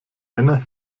männer